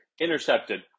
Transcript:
intercepted